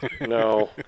No